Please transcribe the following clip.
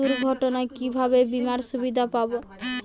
দুর্ঘটনায় কিভাবে বিমার সুবিধা পাব?